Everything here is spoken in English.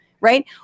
right